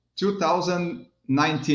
2019